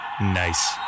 Nice